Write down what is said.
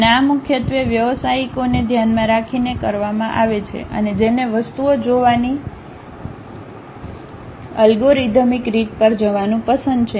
અને આ મુખ્યત્વે વ્યાવસાયિકોને ધ્યાનમાં રાખીને કરવામાં આવે છે અને જેને વસ્તુઓ જોવાની અલ્ગોરિધમિક રીત પર જવાનું પસંદ છે